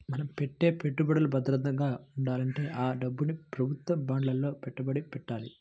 మన పెట్టే పెట్టుబడులు భద్రంగా ఉండాలంటే ఆ డబ్బుని ప్రభుత్వ బాండ్లలో పెట్టుబడి పెట్టాలి